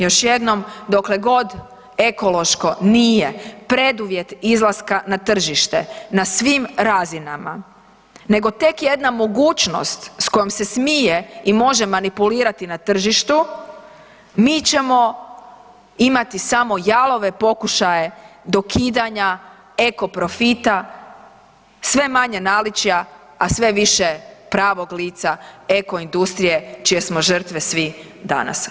Još jednom, dokle god ekološko nije preduvjet izlaska na tržište na svim razinama, nego tek jedna mogućnost s kojom se smije i može manipulirati na tržištu, mi ćemo imati samo jalove pokušaje dokidanja eko profita, sve manje naličja, a sve više pravog lica eko industrije, čije smo žrtve svi danas.